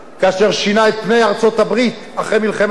פני ארצות-הברית אחרי מלחמת העולם השנייה.